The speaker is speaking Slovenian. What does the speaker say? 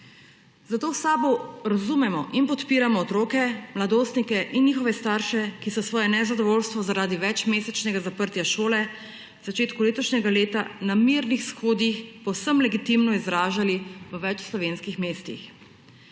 v SAB razumemo in podpiramo otroke, mladostnike in njihove starše, ki so svoje nezadovoljstvo zaradi večmesečnega zaprtja šole v začetku letošnjega leta na mirnih shodih povsem legitimno izražali v več slovenskih mestih.